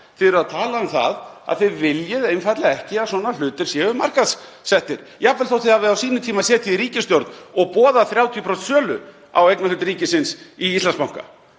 Þið eruð að tala um það að þið viljið einfaldlega ekki að svona hlutir séu markaðssettir, jafnvel þótt þið hafið á sínum tíma setið í ríkisstjórn og boðað 30% sölu á eignarhlut ríkisins í Íslandsbanka.